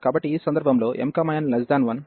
కాబట్టి ఈ సందర్భంలో m n 1 రెండూ ఉన్నప్పుడు